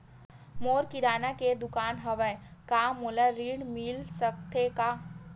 मोर किराना के दुकान हवय का मोला ऋण मिल सकथे का?